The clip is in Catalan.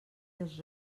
els